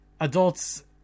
Adults